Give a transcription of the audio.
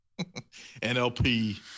NLP